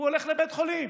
הוא הולך לבית חולים,